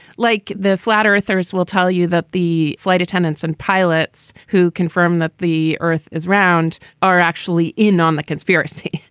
like the flat earthers will tell you that the flight attendants and pilots who confirm that the earth is round are actually in on the conspiracy.